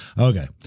Okay